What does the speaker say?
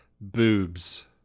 boobs